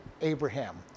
Abraham